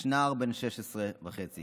יש נער בן 16 וחצי